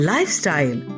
Lifestyle